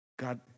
God